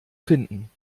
finden